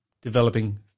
developing